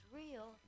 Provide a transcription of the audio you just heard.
real